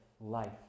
life